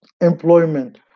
Employment